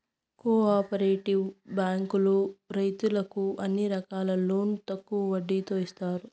co operative బ్యాంకులో రైతులకు అన్ని రకాల లోన్లు తక్కువ వడ్డీతో ఇత్తాయి